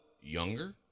younger